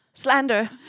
slander